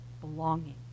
belonging